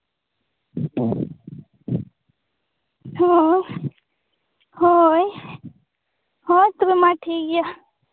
ᱦᱚᱸ ᱦᱳᱭ ᱦᱳᱭ ᱛᱚᱵᱮ ᱢᱟ ᱴᱷᱤᱠᱜᱮᱭᱟ